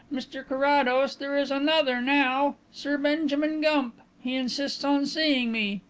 mr carrados, there is another now sir benjamin gump. he insists on seeing me.